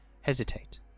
hesitate